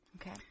Okay